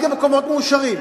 רק למקומות מאושרים.